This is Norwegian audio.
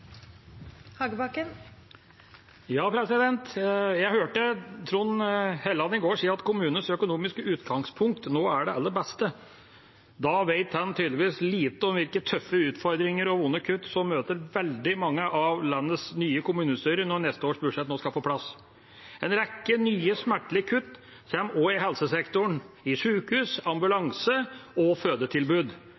hørte jeg Trond Helleland si at kommunenes økonomiske utgangspunkt nå er det aller beste. Da vet han tydeligvis lite om hvilke tøffe utfordringer og vonde kutt som møter veldig mange av landets nye kommunestyrer når neste års budsjett nå skal på plass. En rekke nye, smertelige kutt kommer også i helsesektoren – i